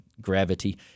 gravity